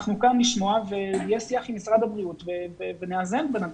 אנחנו כאן כדי לשמוע ויהיה שיח עם משרד הבריאות ונאזן בין הדברים.